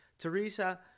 Teresa